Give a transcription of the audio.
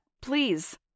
please